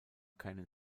keinen